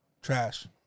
Trash